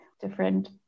different